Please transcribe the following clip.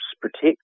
protect